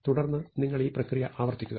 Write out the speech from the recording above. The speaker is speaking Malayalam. തുടർന്ന് നിങ്ങൾ ഈ പ്രക്രിയ ആവർത്തിക്കുക